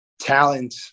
talent